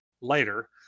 later